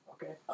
Okay